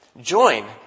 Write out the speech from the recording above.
Join